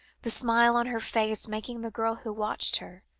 the smile on her face making the girl who watched her,